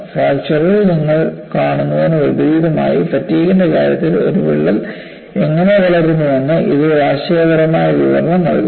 fracture ഇൽ നിങ്ങൾ കാണുന്നതിനു വിപരീതമായി ഫാറ്റിഗ്ൻറെ കാര്യത്തിൽ ഒരു വിള്ളൽ എങ്ങനെ വളരുന്നുവെന്ന് ഇത് ഒരു ആശയപരമായ വിവരണം നൽകും